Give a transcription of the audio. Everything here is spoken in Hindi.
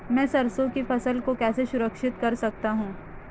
मैं सरसों की फसल को कैसे संरक्षित कर सकता हूँ?